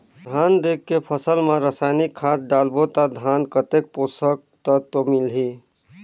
धान देंके फसल मा रसायनिक खाद डालबो ता धान कतेक पोषक तत्व मिलही?